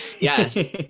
Yes